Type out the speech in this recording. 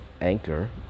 Anchor